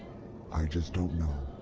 i just don't know.